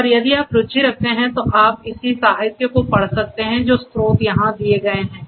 और यदि आप रुचि रखते हैं तो आप इसी साहित्य को पढ़ सकते हैं जो स्रोत यहाँ दिए गए हैं